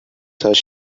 such